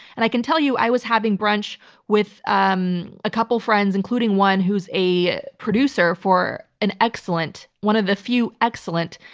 and i can tell you, i was having brunch with um a couple friends, including one who's a producer for an excellent, one of the few excellent,